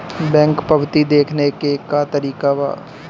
Bank पवती देखने के का तरीका बा?